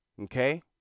Okay